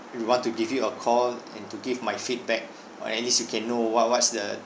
we want to give you a call and to give my feedback or at least you can know what what's the